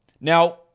Now